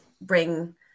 bring